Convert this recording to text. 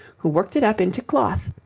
who worked it up into cloth,